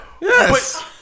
yes